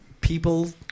people